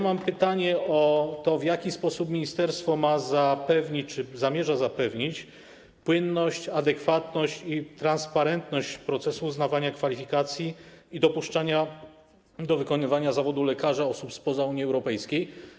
Mam pytanie o to, w jaki sposób ministerstwo ma zapewnić czy zamierza zapewnić płynność, adekwatność i transparentność procesu uznawania kwalifikacji i dopuszczania do wykonywania zawodu lekarza osób spoza Unii Europejskiej.